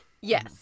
Yes